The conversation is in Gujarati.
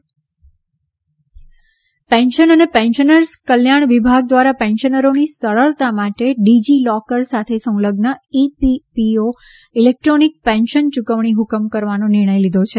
ઈ પીપીઓ પેન્શન અને પેન્શનર્સ કલ્યાણ વિભાગ દ્વારા પેન્શનરોની સરળતા માટે ડિજિ લોકર સાથે સંલગ્ન ઈ પીપીઓ ઇલેક્ટ્રોનિક પેન્શન યુકવણી હ્કમ કરવાનો નિર્ણય લીધો છે